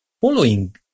following